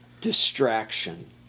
distraction